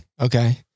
Okay